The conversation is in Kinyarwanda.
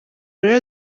rero